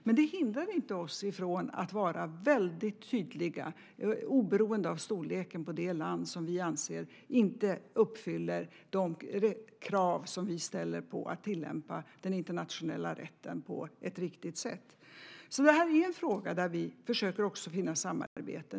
Men det hindrar inte oss från att vara väldigt tydliga, oberoende av storleken på det land vi anser inte uppfyller de krav vi ställer på att tillämpa den internationella rätten på ett riktigt sätt. Det här är en fråga där vi försöker samarbeta.